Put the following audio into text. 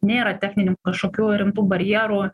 nėra techninių kažkokių rimtų barjerų